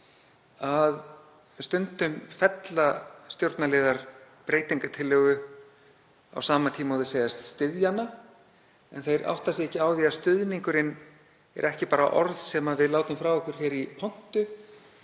að stundum fella stjórnarliðar breytingartillögu á sama tíma og þeir segjast styðja hana. En þeir átta sig ekki á því að stuðningurinn er ekki bara orð sem við látum frá okkur hér í pontu